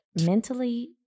mentally